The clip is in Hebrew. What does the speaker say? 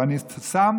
ואני שם